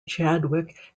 chadwick